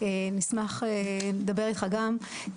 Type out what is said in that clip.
נשמח לדבר איתך גם.